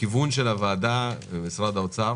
הכיוון של הוועדה הוא לראות איך